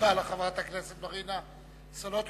תודה לחברת הכנסת מרינה סולודקין.